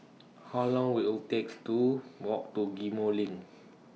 How Long Will IT takes to Walk to Ghim Moh LINK